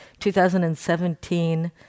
2017